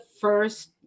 first